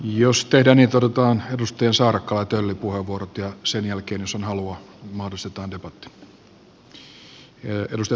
jos tehdään niin että otetaan edustajien saarakkala ja tölli puheenvuorot ja sen jälkeen jos on halua mahdollistetaan debatti